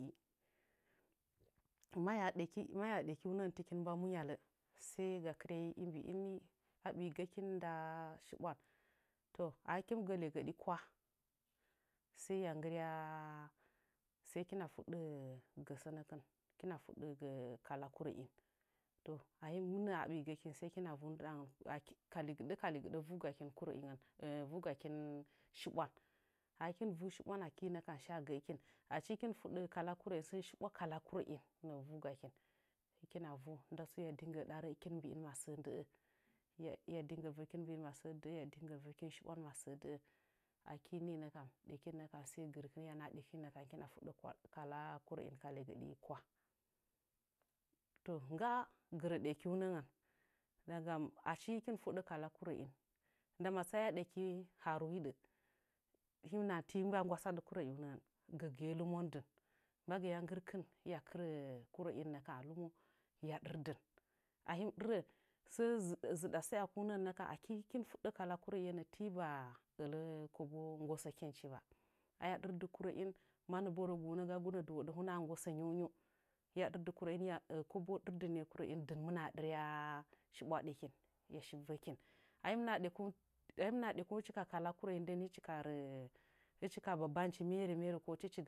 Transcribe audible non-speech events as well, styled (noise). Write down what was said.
Maya ɗeki maya ɗekiunəngənkɨn tɨkin mba mu nyale sai ga kɨryai mbi'inina ɓigəkin nda shibwai to ahɨkin mɨgə legəɗi kwah sai ya nggɨry sai king fuɗe gə sənəkɨn hɨkina fuɗə gə kala kurəiin to ahim minə a bigə kin sai kina (unintelligible) ka legɨɗə ka legɨɗə uugakin kurə'e ngən (hesitation) vugakin shibwan ahikin vu shibwan aki nəkam sha gə'əkin achi hikin mɨ fude kala kurə'in sən shibwa kala kurə'in nəə vugakin hɨkina vu nda tsu hiya dige ɗarə kin mbii'in masə də'ə hiya dinge vəkin shi bwan masə də'ə aki ninə kam ɗekin sai gɨrkin hɨya naha ɗekin nəkam (unintelligible) hɨkina fuɗə kala kurə'in ka legəɗi kwah to ngga gɨrə ɗekiunə ngən ndagam achi hɨkin mɨ fuɗe kala kurə'in ndama tsa'aya ɗeki haaru hiɗə hɨm nahan timba nggwasadɨ kurəiunəngən gəgɨye lɨmon dɨn mbagɨya nggɨrkɨn hiya kɨrə (hesitation) kurə'in nəkam a lumu hɨya dɨrdin ahim ɗirə səə zɨɗa sa'ekunə ngə kɨn nə kam aki hɨkin mɨ fuɗə kala kurəiunəngən kɨn tiba ələ kobo nggosəkinchi ba aya ɗɨrdi kurəin mannə bo rəgunə gagunə dɨhoɗə huna nggosə nyiu nyiu hɨya dɨrdɨ kurə in (unintelligible) kobo ɗɨrya shibwa ɗekin hɨya shi vəkin ahim naha ɗəkeung ahim naha dəkeung hɨchi ka kala kurəiin ndem hɨchi rə hɨchi babanci mere mere ko tɨchi nggɨ